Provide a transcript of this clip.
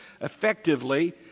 effectively